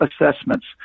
assessments